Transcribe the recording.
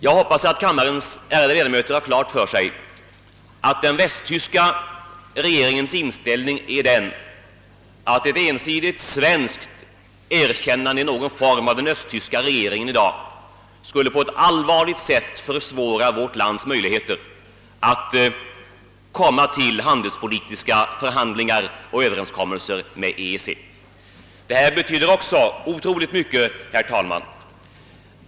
Jag hoppas att kammarens ärade ledamöter har klart för sig att den västtyska regeringens inställning är den, att ett ensidigt svenskt erkännande i någon form av den östtyska regeringen allvarligt skulle försvåra vårt lands möjligheter att vid handelspolitiska förhandlingar nå en Ööverenskommelse med EEC.